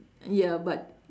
ya but